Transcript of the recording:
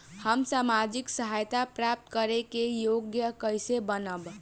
हम सामाजिक सहायता प्राप्त करे के योग्य कइसे बनब?